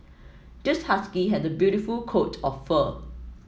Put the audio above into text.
this husky has a beautiful coat of fur